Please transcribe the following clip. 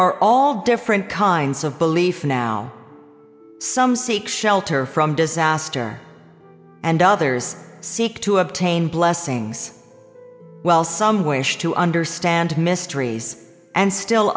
are all different kinds of belief now some seek shelter from disaster and others seek to obtain blessings well some wish to understand mysteries and still